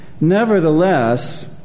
Nevertheless